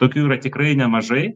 tokių yra tikrai nemažai